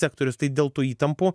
sektorius tai dėl tų įtampų